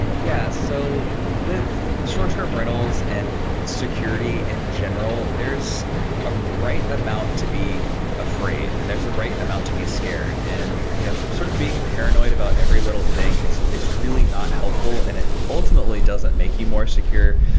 yeah. so with short-term rentals and security in general, there's a right amount to be afraid and there's a right amount to be scared. and you know sort of being paranoid about every little thing is is really not helpful, and it ultimately doesn't make you more secure.